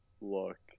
look